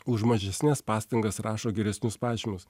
už mažesnes pastangas rašo geresnius pažymius